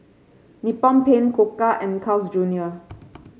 Nippon Paint Koka and Carl's Junior